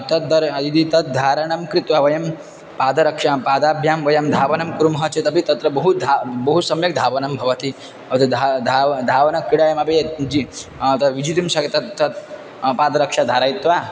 तद्दर् यदि तद् धारणं कृत्वा वयं पादरक्षां पादाभ्यां वयं धावनं कुर्मः चेत् अपि तत्र बहुधा बहु सम्यक् धावनं भवति धावनक्रीडायामपि तद् विजेतुं शक् तत् तत् पादरक्षां धारयित्वा